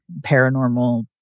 paranormal